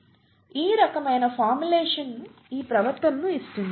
ఈ రకమైన ఫార్ములేషన్ ఈ ప్రవర్తనను ఇస్తుంది